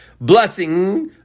Blessing